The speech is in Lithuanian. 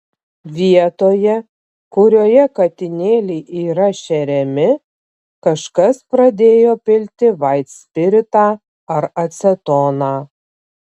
vietoje kurioje katinėliai yra šeriami kažkas pradėjo pilti vaitspiritą ar acetoną